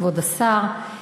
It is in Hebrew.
כבוד השר,